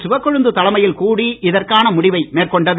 சிவக்கொழுந்து தலைமையில் கூடி இதற்கான முடிவை மேற்கொண்டது